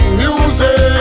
music